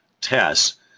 tests